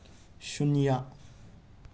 ꯁꯨꯟꯅ꯭ꯌꯥ